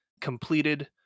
completed